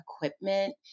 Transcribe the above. equipment